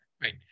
right